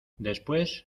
después